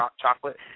chocolate